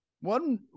One